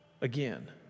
again